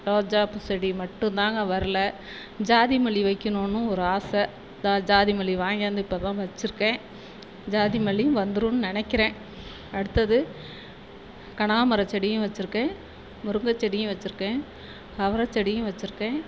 ரோஜா பூ செடி மட்டும் தாங்க வரலை ஜாதி மல்லி வைக்கணும்னு ஒரு ஆசை தா ஜாதி மல்லி வாங்கியாந்து இப்போ தான் வெச்சுருக்கேன் ஜாதி மல்லியும் வந்துரும்னு நினைக்கிறேன் அடுத்தது கனகாம்பர செடியும் வெச்சுருக்கேன் முருங்கை செடியும் வெச்சுருக்கேன் அவரை செடியும் வெச்சுருக்கேன்